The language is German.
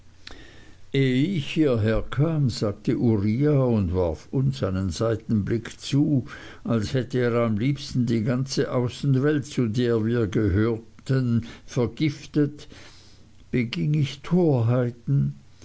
ich hierher kam sagte uriah und warf uns einen seitenblick zu als hätte er am liebsten die ganze außenwelt zu der wir gehörten vergiftet beging ich